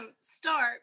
start